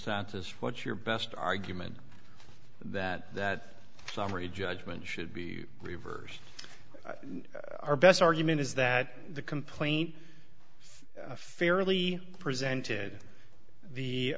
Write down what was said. ces what's your best argument that that summary judgment should be reversed our best argument is that the complaint fairly presented the